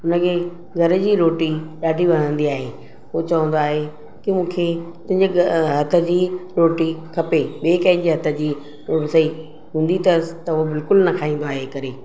हुनखे घर जी रोटी ॾाढी वणंदी आहे हू चवंदो आहे की मूंखे तुंहिंजे घ हथ जी रोटी खपे ॿिए कंहिंजे हथ जी हथ जी रसोई हूंदी अथसि त हू बिल्कुलु न खाईंदो आहे कॾहिं